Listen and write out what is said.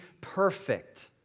perfect